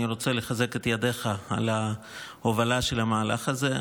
אני רוצה לחזק את ידיך על ההובלה של המהלך הזה.